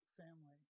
family